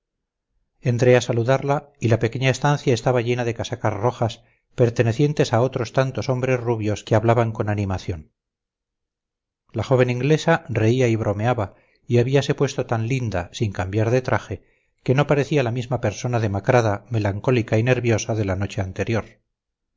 entré a saludarla y la pequeña estancia estaba llena de casacas rojas pertenecientes a otros tantos hombres rubios que hablaban con animación la joven inglesa reía y bromeaba y habíase puesto tan linda sin cambiar de traje que no parecía la misma persona demacrada melancólica y nerviosa de la noche anterior